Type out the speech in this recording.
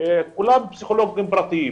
כולם פסיכולוגים פרטיים.